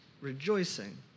rejoicing